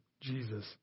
Jesus